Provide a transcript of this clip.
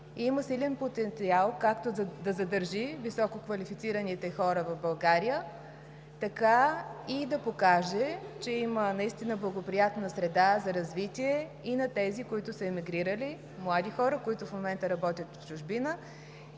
има силен потенциал както да задържи висококвалифицираните хора в България, така и да покаже, че има благоприятна среда за развитие и на тези млади хора, които се имигрирали, които в момента работят в чужбина,